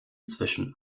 zwischen